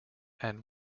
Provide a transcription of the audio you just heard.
and